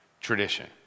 tradition